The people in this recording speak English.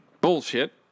bullshit